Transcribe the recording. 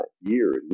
years